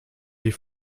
die